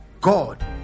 God